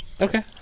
Okay